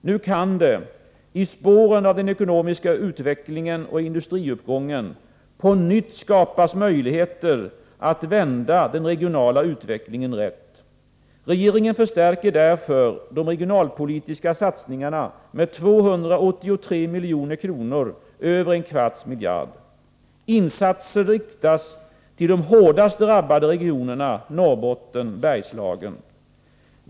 Nu kan det — i spåren av den ekonomiska utvecklingen och industriuppgången — på nytt skapas möjligheter att vända den regionala utvecklingen rätt. Regeringen förstärker därför de regionalpolitiska satsningarna med 283 milj.kr. — över en kvarts miljard. Insatserna riktas till de hårdast drabbade regionerna: Norrbotten och Bergslagen.